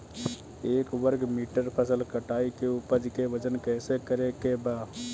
एक वर्ग मीटर फसल कटाई के उपज के वजन कैसे करे के बा?